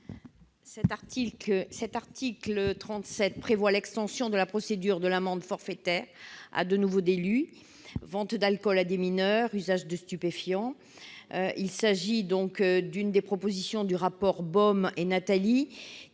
Cet article prévoit l'extension de la procédure de l'amende forfaitaire à de nouveaux délits : vente d'alcool à des mineurs et usage de stupéfiants. Il s'agit là de l'une des propositions du rapport Beaume et Natali,